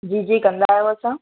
जी जी कंदा आहियूं असां